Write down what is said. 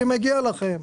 כי מגיע לכם.